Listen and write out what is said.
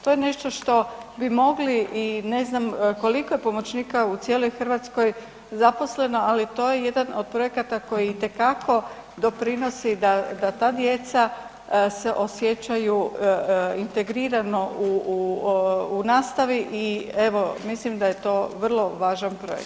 To je nešto što bi mogli i ne znam koliko je pomoćnika u cijeloj Hrvatskoj zaposleno, ali to je jedan od projekata koji itekako doprinose i da ta djeca se osjećaju integrirano u nastavi i evo, mislim da je to vrlo važan projekat.